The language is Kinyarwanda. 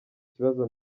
kibazo